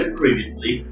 previously